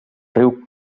riu